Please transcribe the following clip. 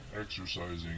exercising